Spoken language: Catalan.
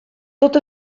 tot